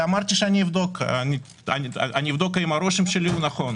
אמרתי שאבדוק האם הרושם שלי נכון.